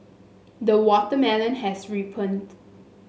the watermelon has ripened